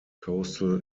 coastal